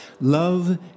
Love